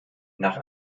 nach